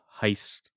heist